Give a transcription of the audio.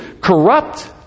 Corrupt